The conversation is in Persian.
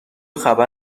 خبر